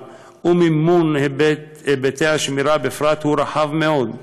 ומימון היבטי השמירה בפרט הוא רחב מאוד,